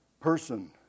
person